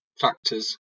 factors